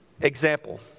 Example